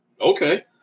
okay